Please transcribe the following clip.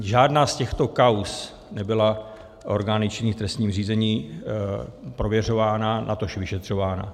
Žádná z těchto kauz nebyla orgány činnými v trestním řízení prověřována, natož vyšetřována.